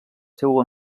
seu